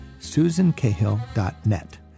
susancahill.net